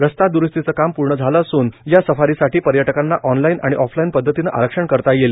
रस्ता दुरूस्तीचं काम पूर्ण झालं असूनए या सफारीसाठी पर्यटकांना ऑनलाईन आणि ऑफलाईन पदधतीनं आरक्षण करता येईल